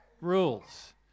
rules